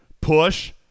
push